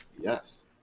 Yes